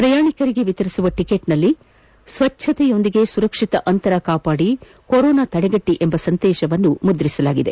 ಪ್ರಯಾಣಿಕರಿಗೆ ವಿತರಿಸುವ ಟಿಕೆಟ್ನಲ್ಲಿ ಸ್ವಚ್ಛತೆಯೊಂದಿಗೆ ಸುರಕ್ಷಿತ ಅಂತರ ಕಾಪಾಡಿ ಕೊರೋನಾ ತಡೆಗಟ್ಟ ಎಂಬ ಸಂದೇಶ ಮುಂದ್ರಿಸಲಾಗಿದೆ